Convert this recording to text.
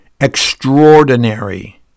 extraordinary